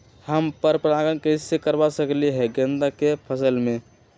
हम पर पारगन कैसे करवा सकली ह गेंदा के फसल में?